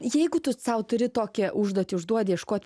jeigu tu sau turi tokią užduotį užduodi ieškot